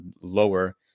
lower